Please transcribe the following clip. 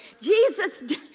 Jesus